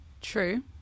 True